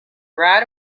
right